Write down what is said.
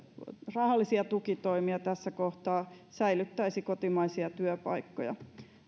rahallisia tukitoimia tässä kohtaa säilyttäisi kotimaisia työpaikkoja